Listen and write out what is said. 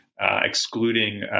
excluding